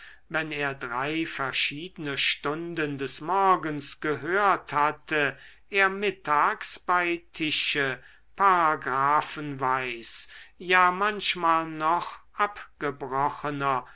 wenn er drei verschiedene stunden des morgens gehört hatte er mittags bei tische paragraphenweis ja manchmal noch abgebrochener